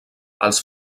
els